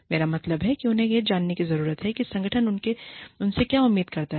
मेरा मतलब है कि उन्हें यह जानने की जरूरत है कि संगठन उनसे क्या उम्मीद करता है